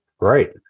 Right